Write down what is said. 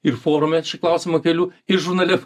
ir forume šį klausimą kelių ir žurnale